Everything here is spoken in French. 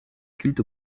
cultes